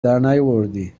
درنیاوردی